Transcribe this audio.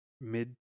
mid